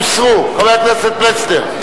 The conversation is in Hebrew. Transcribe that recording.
הוסרו, חבר הכנסת פלסנר?